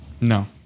No